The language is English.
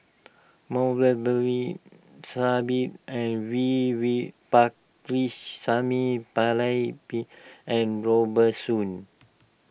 Sahib and V V Pakirisamy Pillai Bin and Robert Soon